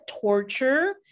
torture